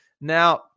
Now